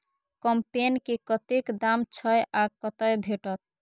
कम्पेन के कतेक दाम छै आ कतय भेटत?